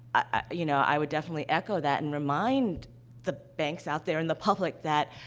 ah you know, i would definitely echo that and remind the banks out there and the public that,